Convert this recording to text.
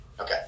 Okay